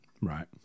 Right